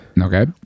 Okay